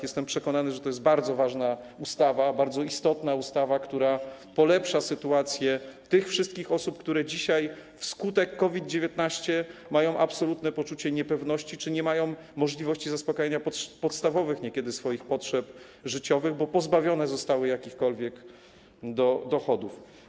Jestem przekonany, że to jest bardzo ważna ustawa, bardzo istotna ustawa, która polepsza sytuację tych wszystkich osób, które dzisiaj wskutek COVID-19 mają absolutne poczucie niepewności czy nie mają możliwości zaspokajania podstawowych niekiedy swoich potrzeb życiowych, bo pozbawione zostały jakichkolwiek dochodów.